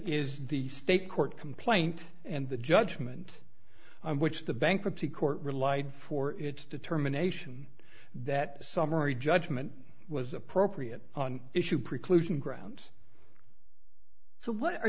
is the state court complaint and the judgment which the bankruptcy court relied for its determination that summary judgment was appropriate on issue preclusion grounds so what are